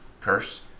Curse